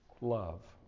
love